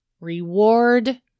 Reward